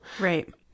Right